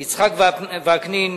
יצחק וקנין,